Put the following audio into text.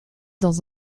dans